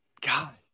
God